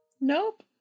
nope